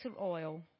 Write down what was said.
oil